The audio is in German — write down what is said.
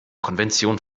konvention